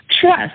Trust